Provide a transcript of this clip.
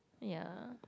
ya